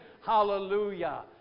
Hallelujah